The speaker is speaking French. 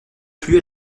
plus